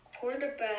quarterback